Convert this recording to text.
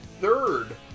third